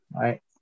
right